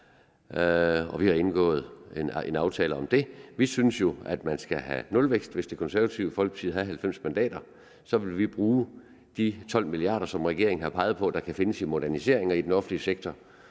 vi har indgået en aftale om det. Vi synes jo, at man skal have nulvækst. Hvis Det Konservative Folkeparti havde 90 mandater, ville vi bruge de 12 mia. kr., som regeringen har peget på der kan findes i moderniseringer i den offentlige sektor,